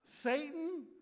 Satan